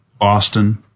Austin